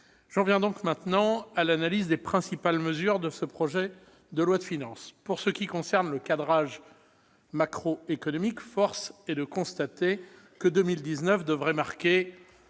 J'en viens donc maintenant à l'analyse des principales mesures de ce projet de loi de finances. Pour ce qui concerne le cadrage macroéconomique, force est de constater que 2019 devrait marquer